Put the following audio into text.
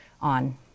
on